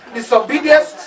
Disobedience